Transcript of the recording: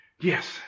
Yes